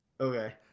Okay